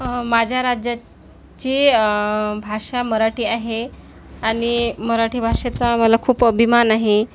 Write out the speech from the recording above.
माझ्या राज्याची भाषा मराठी आहे आणि मराठी भाषेचा आम्हाला खूप अभिमान आहे